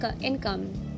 income